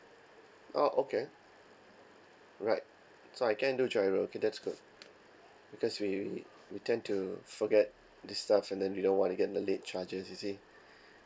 oh okay right so I can do GIRO okay that's good because we we we tend to forget this stuff and then we don't wanna get the late charges you see